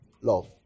Love